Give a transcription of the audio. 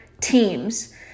teams